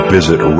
Visit